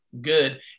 good